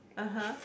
(uh huh)